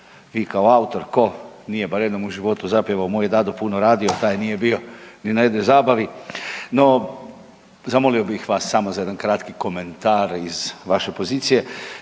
i kao autor ko nije barem jednom u životu zapjevao „moj je dado puno radio“ taj nije bio ni na jednoj zabavi, no zamolio bih vas samo za jedan kratki komentar iz vaše pozicije.